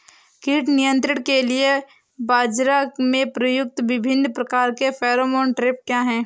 कीट नियंत्रण के लिए बाजरा में प्रयुक्त विभिन्न प्रकार के फेरोमोन ट्रैप क्या है?